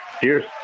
cheers